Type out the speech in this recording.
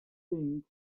thing